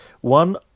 One